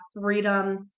freedom